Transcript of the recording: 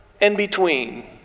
in-between